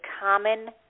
common